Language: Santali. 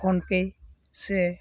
ᱯᱷᱳᱱᱼᱯᱮ ᱥᱮ